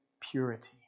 purity